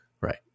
right